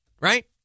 right